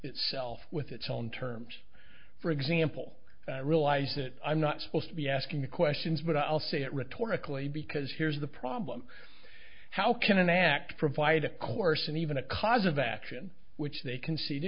itself with its own terms for example i realize that i'm not supposed to be asking the questions but i'll say it rhetorically because here's the problem how can an act provide a course and even a cause of action which they c